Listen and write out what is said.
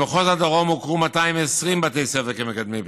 במחוז הדרום הוכרו 220 בתי ספר כמקדמי בריאות,